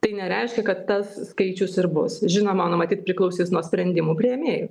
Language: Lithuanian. tai nereiškia kad tas skaičius ir bus žinoma nu matyt priklausys nuo sprendimų priėmėjų